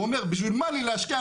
הוא אומר בשביל מה לי להשקיע?